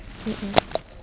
mm mm